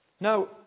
Now